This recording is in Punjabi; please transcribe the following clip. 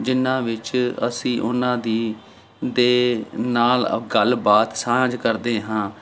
ਜਿਨ੍ਹਾਂ ਵਿੱਚ ਅਸੀਂ ਉਹਨਾਂ ਦੀ ਦੇ ਨਾਲ ਗੱਲਬਾਤ ਸਾਂਝ ਕਰਦੇ ਹਾਂ